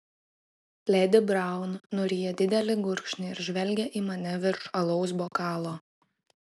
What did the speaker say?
ledi braun nuryja didelį gurkšnį ir žvelgia į mane virš alaus bokalo